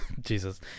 jesus